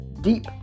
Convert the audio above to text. Deep